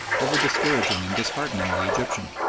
ever discouraging and disheartening the egyptian,